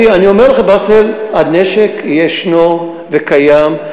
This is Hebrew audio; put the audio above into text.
אני אומר לך, באסל, הנשק ישנו וקיים.